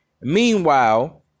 Meanwhile